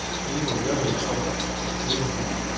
we were really focused on it. we were gonna,